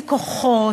עם כוחות,